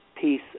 piece